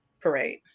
parade